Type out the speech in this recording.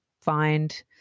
find